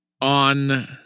on